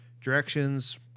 Directions